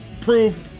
proved